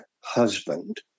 husband